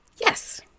Yes